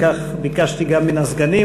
כך ביקשתי גם מן הסגנים,